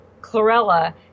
chlorella